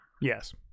Yes